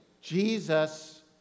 Jesus